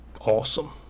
awesome